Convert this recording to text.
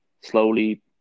slowly